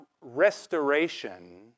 restoration